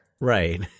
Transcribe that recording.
Right